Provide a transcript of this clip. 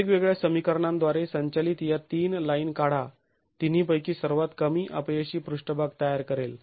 वेगवेगळ्या समीकरणांद्वारे संचालित या तीन लाईन काढा तिन्हीपैकी सर्वात कमी अपयशी पृष्ठभाग तयार करेल